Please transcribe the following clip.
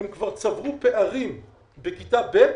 הם כבר צברו פערים בכיתה ב',